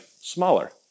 smaller